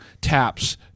taps